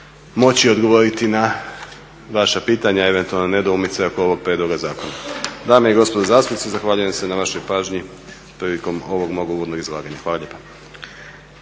moći odgovoriti na vaša pitanja, eventualno nedoumice oko ovog prijedloga zakona. Dame i gospodo zastupnici zahvaljujem se na vašoj pažnji prilikom ovog mog uvodnog izlaganja. Hvala lijepa.